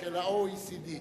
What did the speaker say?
של ה-OECD.